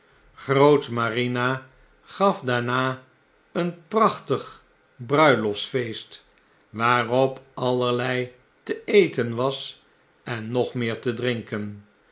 grootmarina gaf daarna een prachtig bruiloftsfeest waarop allerlei te eten was en nog meer te drinken